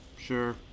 Sure